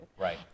Right